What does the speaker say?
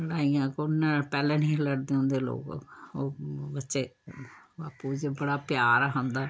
पैह्लें नेही लड़दे हुंदे लोग बच्चे आपूं चें बड़ा प्यार हा उं'दा